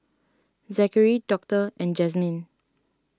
Zackery Doctor and Jazmyn